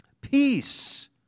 Peace